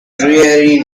dreary